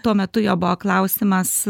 tuo metu jo buvo klausimas